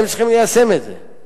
הם צריכים ליישם את זה,